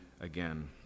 again